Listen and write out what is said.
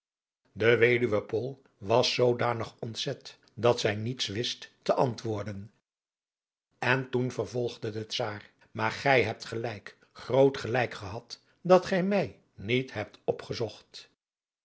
de weduwe pool was zoodanig ontzet dat zij niets wist te antwoorden en toen vervolgde de czaar maar gij hebt gelijk groot gelijk adriaan loosjes pzn het leven van johannes wouter blommesteyn gehad dat gij mij niet hebt opgezocht